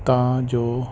ਤਾਂ ਜੋ